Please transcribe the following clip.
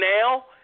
now